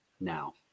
now